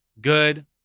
good